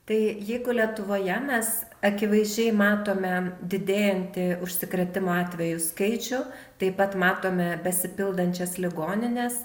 tai jeigu lietuvoje mes akivaizdžiai matome didėjantį užsikrėtimo atvejų skaičių taip pat matome besipildančias ligonines